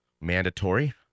Mandatory